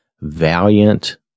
valiant